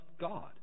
God